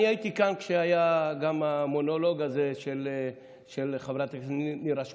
אני הייתי כאן כשהיה גם המונולוג הזה של חברת הכנסת נירה שפק.